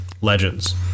Legends